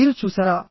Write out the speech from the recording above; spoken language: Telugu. మీరు చూశారా